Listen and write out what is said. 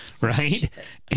right